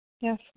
Yes